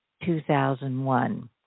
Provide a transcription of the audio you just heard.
2001